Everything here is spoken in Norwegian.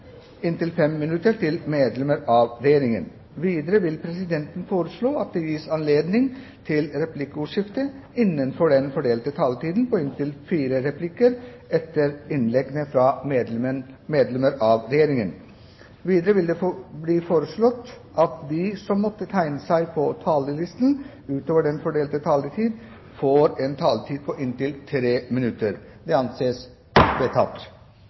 inntil 5 minutter til medlemmer av Regjeringen. Videre vil presidenten foreslå at det gis anledning til replikkordskifte på inntil fire replikker med svar etter innlegg fra medlemmer av Regjeringen innenfor den fordelte taletiden. Videre blir det foreslått at de som måtte tegne seg på talerlisten utover den fordelte taletid, får en taletid på inntil 3 minutter. – Det anses vedtatt.